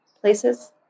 Places